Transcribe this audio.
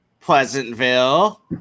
pleasantville